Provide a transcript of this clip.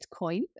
Bitcoin